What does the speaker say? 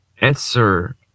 answer